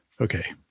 okay